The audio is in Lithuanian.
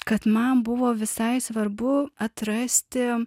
kad man buvo visai svarbu atrasti